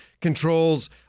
controls